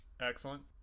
Excellent